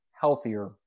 healthier